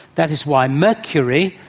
that is why mercury,